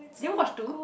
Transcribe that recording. Nemo got two